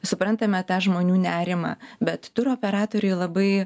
suprantame tą žmonių nerimą bet turo operatoriai labai